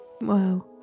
wow